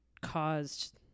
caused